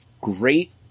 great